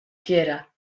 quiera